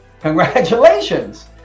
Congratulations